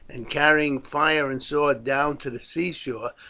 and carrying fire and sword down to the seashore,